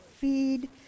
feed